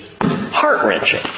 heart-wrenching